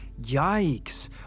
Yikes